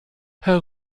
herr